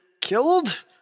killed